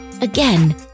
Again